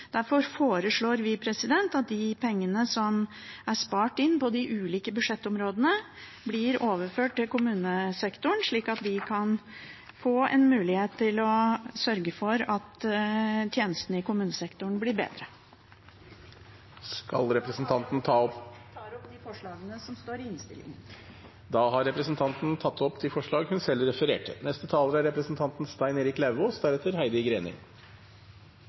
Derfor foreslår vi at de pengene som er spart inn på de ulike budsjettområdene, blir overført til kommunesektoren, slik at man kan få en mulighet til å sørge for at tjenestene i kommunesektoren blir bedre. Vil representanten ta opp forslag? Ja, jeg tar opp de forslagene som står i innstillingen. Representanten Karin Andersen har tatt opp de forslagene hun refererte til. Jeg kan forsikre representanten